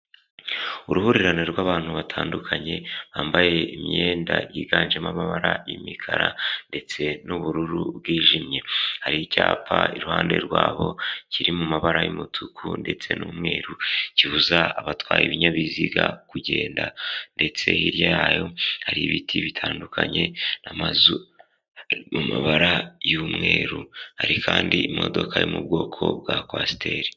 Uruhurirane rw'abantu batandukanye bambaye imyenda yiganjemo amabara y'imikara ndetse n'ubururu bwijimye. Hari icyapa iruhande rwabo kiri mu mabara y'umutuku ndetse n'umweru kibuza abatwaye ibinyabiziga kugenda ndetse hirya yayo hari ibiti bitandukanye n'amazu mu mabara y'umweru, hari kandi imodoka yo mu bwoko bwa kwasiteri.